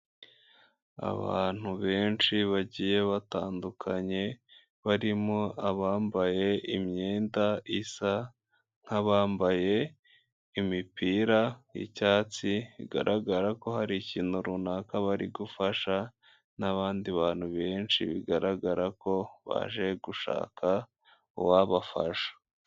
Abantu benshi bagiye batandukanye barimo abambaye imyenda isa nk'abambaye imipira yi icyatsi bigaragara ko hari ikintu runaka bari gufasha n'abandi bantu benshi bigaragara ko baje gushaka uwabafasha.